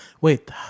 Wait